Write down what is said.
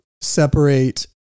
separate